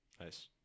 Nice